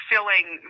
filling